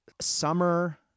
summer